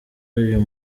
uyu